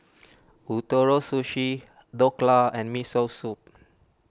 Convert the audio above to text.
Ootoro Sushi Dhokla and Miso Soup